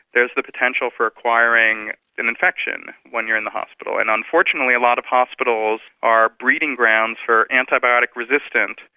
there is the potential for acquiring an infection when you're in a hospital. and unfortunately a lot of hospitals are breeding grounds for antibiotic resistance,